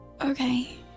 Okay